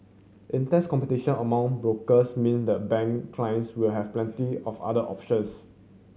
intense competition among brokers mean the bank clients will have plenty of other options